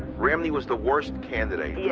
romney was the worst candidate.